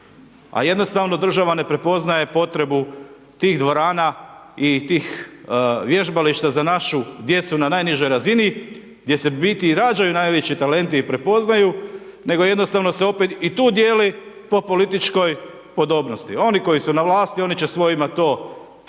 a jednostavno država ne prepoznaje potrebu tih dvorana i tih vježbališta za našu djecu na najnižoj razini, gdje se u biti rađaju najveći talenti i prepoznaju, nego jednostavno se opet i tu dijeli po političkoj podobnosti. Oni koji su na vlasti, oni će svojima to